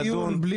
לדון.